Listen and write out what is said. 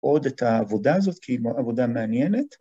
‫עוד את העבודה הזאת ‫כי היא עבודה מעניינת.